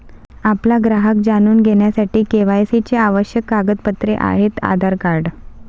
आपला ग्राहक जाणून घेण्यासाठी के.वाय.सी चे आवश्यक कागदपत्रे आहेत आधार कार्ड